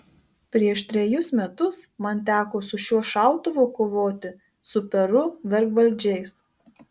prieš trejus metus man teko su šiuo šautuvu kovoti su peru vergvaldžiais